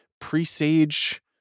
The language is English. presage